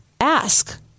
Ask